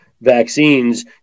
vaccines